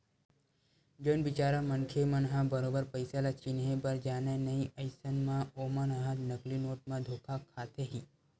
जउन बिचारा मनखे मन ह बरोबर पइसा ल चिनहे बर जानय नइ अइसन म ओमन ह नकली नोट म धोखा खाथे ही